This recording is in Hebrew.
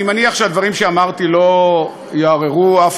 אני מניח שהדברים שאמרתי לא יערערו אף